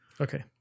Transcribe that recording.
Okay